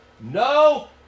No